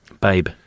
Babe